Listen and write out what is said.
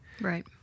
Right